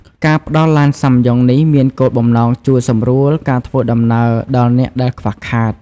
ការផ្តល់ឡានសាំយ៉ុងនេះមានគោលបំណងជួយសម្រួលការធ្វើដំណើរដល់អ្នកដែលខ្វះខាត។